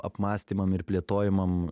apmąstymam ir plėtojimam